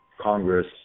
Congress